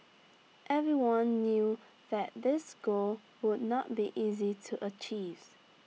everyone knew that this goal would not be easy to achieve